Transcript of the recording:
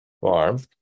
Farm